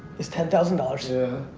is ten thousand dollars.